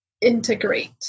integrate